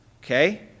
okay